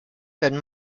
wenn